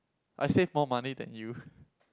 I save more money than you